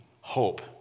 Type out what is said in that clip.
hope